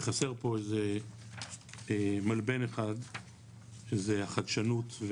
וחסר פה איזה מלבן אחד שזה החדשנות,